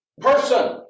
person